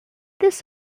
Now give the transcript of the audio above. this